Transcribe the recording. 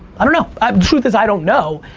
i don't know, um truth is, i don't know.